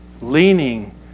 leaning